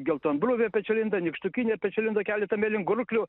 geltonbruvė pečialinda nykštukinė pečialinda keleta mėlyngurklių